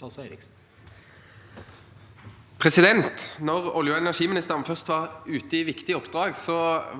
Da olje- og energiministeren først var ute i viktig oppdrag,